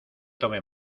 tome